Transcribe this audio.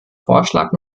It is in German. vorschlag